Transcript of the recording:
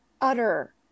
utter